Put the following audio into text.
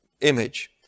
image